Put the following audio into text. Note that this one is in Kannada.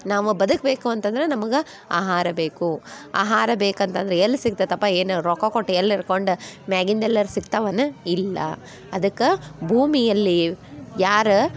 ನಾವು ಬದುಕಬೇಕು ಅಂತಂದ್ರೆ ನಮಗೆ ಆಹಾರ ಬೇಕು ಆಹಾರ ಬೇಕಂತ ಅಂದರೆ ಎಲ್ಲಿ ಸಿಕ್ತೈತಪ್ಪ ಏನು ರೊಕ್ಕ ಕೊಟ್ಟು ಎಲ್ಲಿ ಇಳ್ಕೊಂಡ ಮ್ಯಾಗಿಂದ ಎಲ್ಲಾರು ಸಿಗ್ತಾವೆನ ಇಲ್ಲ ಅದ್ಕ ಭೂಮಿಯಲ್ಲಿ ಯಾರ